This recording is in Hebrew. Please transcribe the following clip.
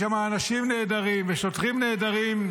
יש שם אנשים נהדרים ושוטרים נהדרים,